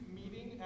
meeting